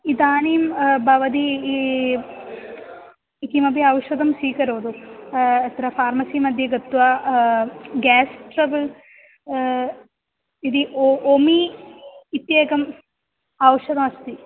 इदानीं भवती इ किमपि औषधं स्वीकरोतु अत्र फ़ार्मसिमध्ये गत्वा गेस् ट्रबल् इति ओ ओमि इत्येकम् औषधमस्ति